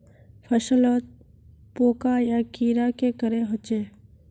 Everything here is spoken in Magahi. फसलोत पोका या कीड़ा की करे होचे?